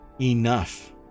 enough